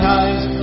eyes